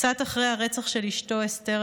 קצת אחרי הרצח של אשתו אסתר,